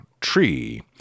tree